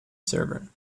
server